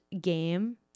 game